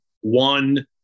one